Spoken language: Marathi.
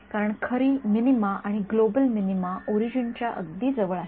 कारण खरी मिनीमा आणि ग्लोबल मिनिमा ओरिजन च्या अगदी जवळ आहेत